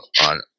on